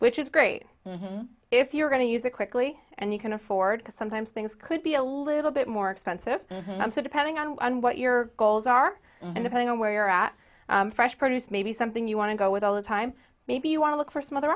which is great if you're going to use it quickly and you can afford to sometimes things could be a little bit more expensive depending on what your goals are and depending on where you're at fresh produce maybe something you want to go with all the time maybe you want to look for some other